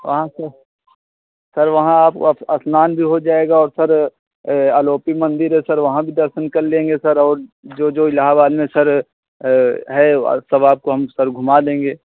वहाँ सर वहाँ सर वहाँ आप स्नान भी हो जाएगा सर अलोपी मंदिर है सर वहाँ भी दर्शन कर लेंगे सर और जो जो इलाहाबाद में सर है सर आपको सर घुमा देंगे सर